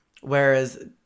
Whereas